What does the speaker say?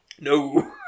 No